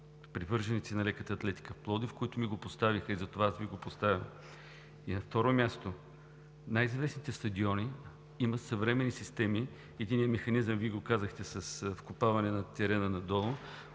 привърженици на леката атлетика в Пловдив, които ми го поставиха, и затова аз Ви го поставям. На второ място, най-известните стадиони имат съвременни системи. Единия механизъм Вие го казахте – с вкопаване на терена надолу,